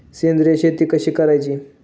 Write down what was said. सेंद्रिय शेती कशी करायची?